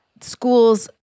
schools